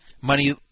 money